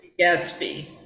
gatsby